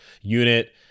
unit